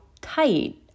tight